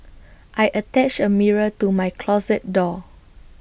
I attached A mirror to my closet door